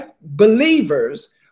believers